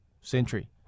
Century